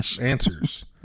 answers